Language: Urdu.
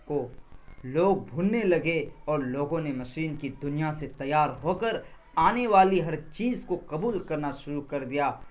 کو لوگ بھولنے لگے اور لوگوں نے مشین کی دنیا سے تیار ہو کر آنے والی ہر چیز کو قبول کرنا شروع کر دیا